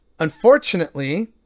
Unfortunately